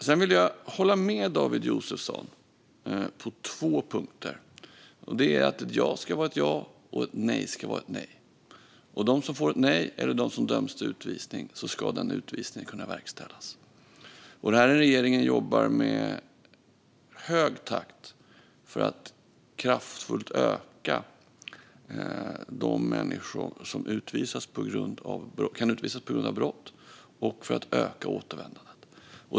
Sedan vill jag hålla med David Josefsson på två punkter: Ett ja ska vara ett ja och ett nej vara ett nej, och för dem som får ett nej eller döms till utvisning ska utvisningen kunna verkställas. Den här regeringen jobbar i hög takt för att kraftfullt öka antalet människor som kan utvisas på grund av brott och för att öka återvändandet.